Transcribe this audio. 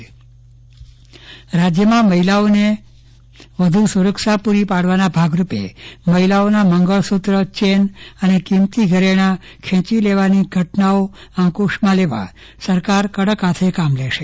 ચંદ્રવદન પટ્ટણી ચેનની ચીલઝડપ રાજ્યમાં મહિલાને વધુ સુરક્ષા પુરી પાડવાના ભાગરૂપે મહિલાઓના મંગળસુત્ર ચેન અને કિંમતી ઘરેણા ખેંચી લેવાની ઘટનાઓ અંકુશમાં લેવા સરકાર કડક હાથે કામ લેશે